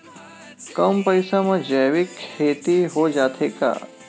कम पईसा मा जैविक खेती हो जाथे का?